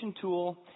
tool